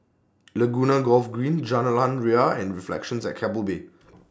Laguna Golf Green Jalan Ria and Reflections At Keppel Bay